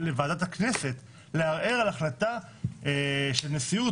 לוועדת הכנסת ולערער על החלטה של הנשיאות.